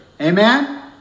Amen